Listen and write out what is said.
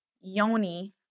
Yoni